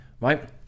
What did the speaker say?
Right